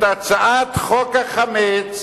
את הצעת חוק החמץ,